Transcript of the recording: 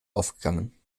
aufgegangen